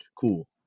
cool